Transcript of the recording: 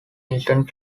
instant